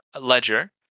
ledger